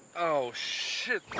oh, shit.